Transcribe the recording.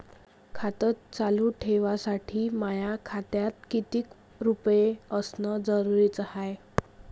खातं चालू ठेवासाठी माया खात्यात कितीक रुपये असनं जरुरीच हाय?